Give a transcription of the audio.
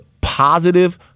positive